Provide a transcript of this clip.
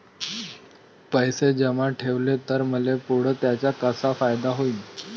पैसे जमा ठेवले त मले पुढं त्याचा कसा फायदा होईन?